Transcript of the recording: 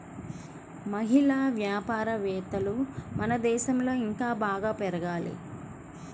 మహిళా వ్యాపారవేత్తలు మన దేశంలో ఇంకా బాగా పెరగాలి